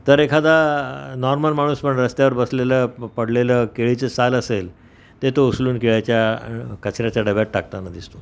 तर एखादा नॉर्मल माणूस पण रस्त्यावर बसलेलं पडलेलं केळीचं साल असेल ते तो उसलून केळ्याच्या कचऱ्याच्या डब्यात टाकताना दिसतो